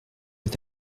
est